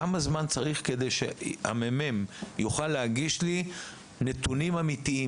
כמה זמן צריך כדי שהממ"מ יוכל להגיש לי נתונים אמיתיים,